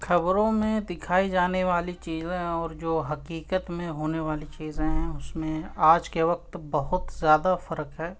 خبروں میں دکھائی جانے والی چیزیں اور جو حقیقت میں ہونے والی چیزیں ہیں اس میں آج کے وقت بہت زیادہ فرق ہے